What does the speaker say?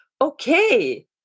Okay